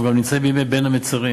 אנחנו נמצאים בימי בין המצרים,